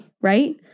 right